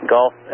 Golf